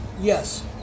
Yes